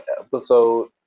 episode